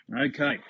Okay